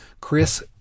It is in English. Chris